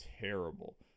terrible